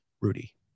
Rudy